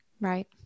Right